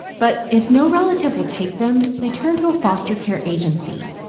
but if no relative will take them, they turn to a foster care agency.